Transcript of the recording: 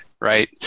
right